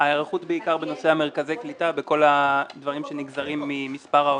ההיערכות היא בעיקר בנושא מרכזי קליטה וכל הדברים שנגזרים ממספר העולים,